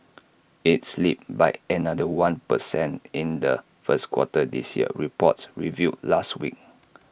IT slipped by another one per cent in the first quarter this year reports revealed last week